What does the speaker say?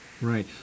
Right